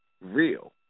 real